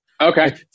Okay